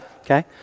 okay